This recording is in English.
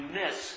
miss